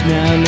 Now